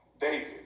David